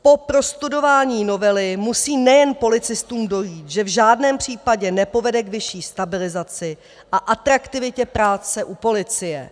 Po prostudování novely musí nejen policistům dojít, že v žádném případě nepovede k vyšší stabilizaci a atraktivitě práce u policie.